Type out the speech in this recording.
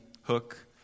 hook